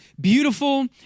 beautiful